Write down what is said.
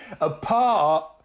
Apart